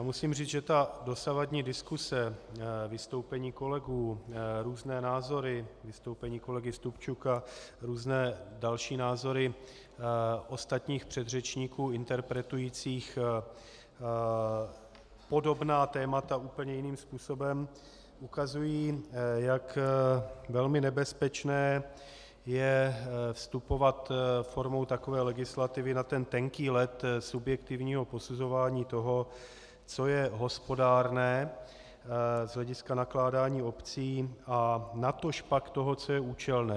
Musím říct, že dosavadní diskuse, vystoupení kolegů, různé názory, vystoupení kolegy Stupčuka, různé další názory ostatních předřečníků interpretujících podobná témata úplně jiným způsobem ukazují, jak velmi nebezpečné je vstupovat formou takové legislativy na tenký led subjektivního posuzování toho, co je hospodárné z hlediska nakládání obcí, a natožpak toho, co je účelné.